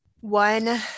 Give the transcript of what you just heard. one